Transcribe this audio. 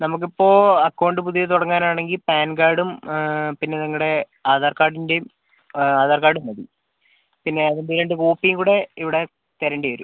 നമുക്കിപ്പോൾ അക്കൗണ്ട് പുതിയത് തുടങ്ങാൻ ആണെങ്കിൽ പാൻ കാർഡും പിന്നെ നിങ്ങളുടെ ആധാർ കാർഡിൻ്റെയും ആധാർ കാർഡും മതി പിന്നെ അതിൻ്റെ രണ്ട് കോപ്പി കൂടെ ഇവിടെ തരേണ്ടി വരും